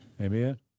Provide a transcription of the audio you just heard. Amen